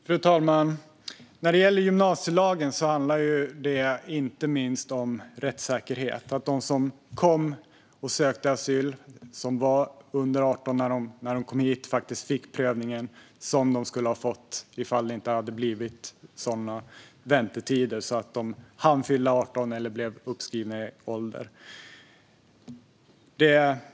Fru talman! När det gäller gymnasielagen handlar den inte minst om rättssäkerhet - om att de som kom hit när de var under 18 och sökte asyl faktiskt ska få den prövning de skulle ha fått ifall det inte hade blivit sådana väntetider att de hann fylla 18 eller blev uppskrivna i ålder.